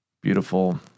beautiful